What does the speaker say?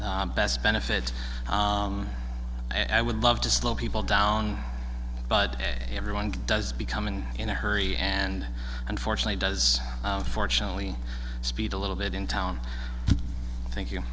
be best benefit and i would love to slow people down but everyone does becoming in a hurry and unfortunately does fortunately speed a little bit in town thank you